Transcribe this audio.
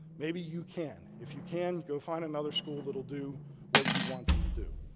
maybe you can. if you can, go find another school that will do what you want them to do.